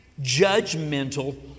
judgmental